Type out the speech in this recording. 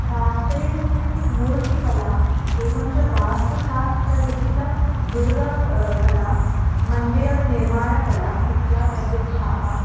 शास्त्रेस्मिन् मूर्तिकला एवं च वास्तुशास्त्रविहितदुर्गा कला मन्दिरं निर्माणकला इत्यादिप्रसिद्धाः